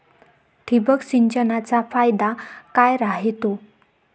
ठिबक सिंचनचा फायदा काय राह्यतो?